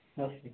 costly